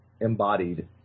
embodied